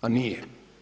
a nije, nije.